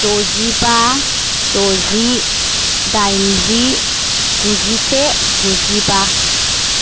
द'जिबा द'जि दाइनजि गुजिसे गुजिबा